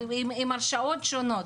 אבל עם הרשאות שונות,